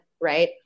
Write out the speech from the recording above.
right